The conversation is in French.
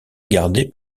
gardé